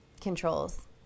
controls